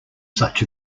such